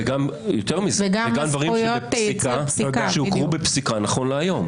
גם דברים שהוכרו בפסיקה נכון להיום.